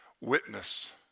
witness